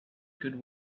good